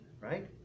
right